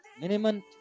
minimum